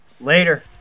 Later